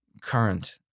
current